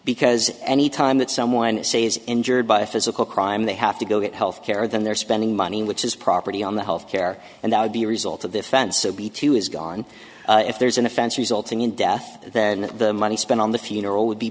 because any time that someone is say is injured by a physical crime they have to go get health care then they're spending money which is property on the health care and that would be result of defense so b two is gone if there's an offense resulting in death then the money spent on the funeral would be